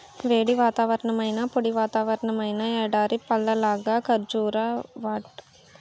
వేడి వాతావరణమైనా, పొడి వాతావరణమైనా ఎడారి పళ్ళలాగా కర్బూజా వాటంతట అవే పెరిగిపోతాయ్ గురూ